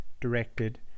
directed